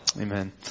Amen